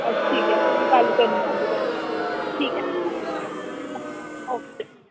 अच्छा ठीक ऐ में गल्ल करनियां उं'दे कन्नै ठीक ऐ ओके